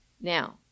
Now